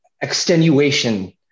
extenuation